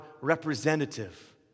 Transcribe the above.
representative